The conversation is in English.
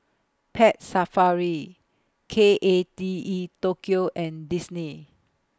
Pet Safari K A T E Tokyo and Disney